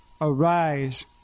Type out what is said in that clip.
Arise